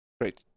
Great